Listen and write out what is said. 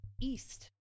east